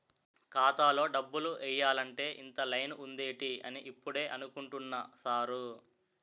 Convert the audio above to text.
ఖాతాలో డబ్బులు ఎయ్యాలంటే ఇంత లైను ఉందేటి అని ఇప్పుడే అనుకుంటున్నా సారు